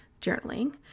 journaling